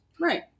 Right